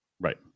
Right